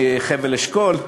מחבל-אשכול,